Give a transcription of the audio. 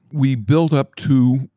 we built up two,